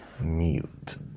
mute